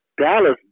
Dallas